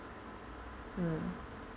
hmm